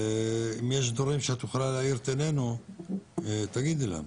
אם יש דברים שאת יכול להאיר את עניינו, תגידי לנו.